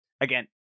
again